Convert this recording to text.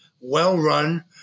well-run